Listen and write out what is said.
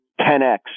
10x